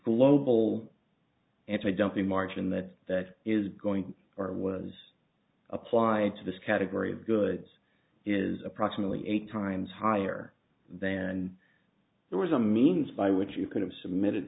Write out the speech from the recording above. global anti dumping margin that that is going to or was applied to this category of goods is approximately eight times higher than it was a means by which you could have submitted